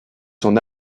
son